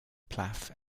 plath